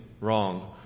wrong